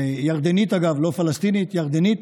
ירדנית, אגב, לא פלסטינית, ירדנית,